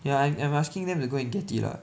ya I'm am asking them to go and get it lah